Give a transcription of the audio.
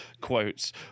quotes